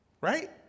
right